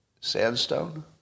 Sandstone